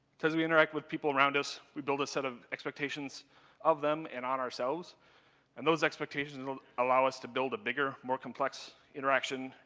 because we interact with people around us we build a set of expectations of them and on ourselves and those expectations allow us to build a bigger, more complex interaction,